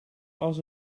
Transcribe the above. als